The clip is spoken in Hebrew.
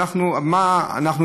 מה אנחנו,